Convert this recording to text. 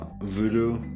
Voodoo